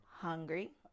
hungry